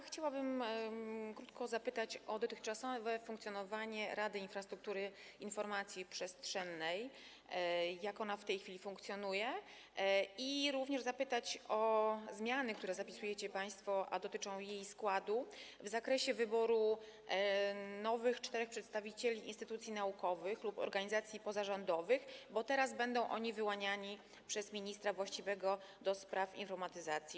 Chciałabym krótko zapytać o dotychczasowe funkcjonowanie Rady Infrastruktury Informacji Przestrzennej, jak ona w tej chwili funkcjonuje, jak również o zmiany, które zapisujecie państwo, a które dotyczą jej składu, w zakresie wyboru nowych czterech przedstawicieli instytucji naukowych lub organizacji pozarządowych, bo teraz będą oni wyłaniani przez ministra właściwego do spraw informatyzacji.